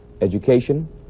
education